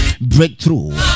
breakthrough